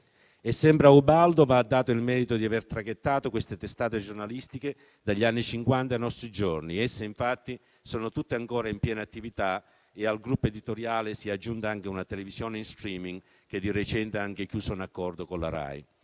Sempre a Ubaldo va dato il merito di aver traghettato queste testate giornalistiche dagli anni Cinquanta ai nostri giorni. Esse infatti sono tutte ancora in piena attività e al gruppo editoriale si è aggiunta anche una televisione in *streaming*, che di recente ha chiuso un accordo con la Rai.